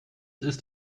ist